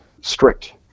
strict